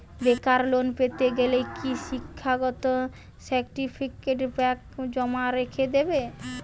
বেকার লোন পেতে গেলে কি শিক্ষাগত সার্টিফিকেট ব্যাঙ্ক জমা রেখে দেবে?